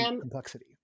complexity